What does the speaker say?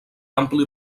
ampli